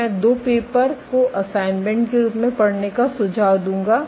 मैं दो पेपर को असाइनमेंट के रूप में पढ़ने का सुझाव दूंगा